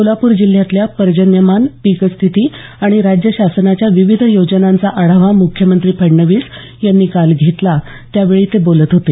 सोलापूर जिल्ह्यातल्या पर्जन्यमान पीकस्थिती आणि राज्य शासनाच्या विविध योजनांचा आढावा म्ख्यमंत्री फडणवीस यांनी काल घेतला त्यावेळी ते बोलत होते